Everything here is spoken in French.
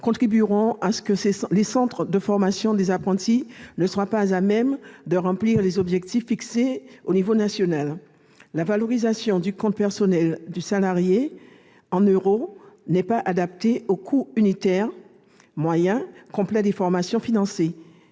contribueront à ce que les centres de formation des apprentis ne soient pas à même de remplir des objectifs fixés au niveau national. La valorisation du compte personnel du salarié en euros n'est pas adaptée aux coûts unitaires moyens complets des formations financées.